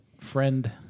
friend